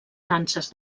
nanses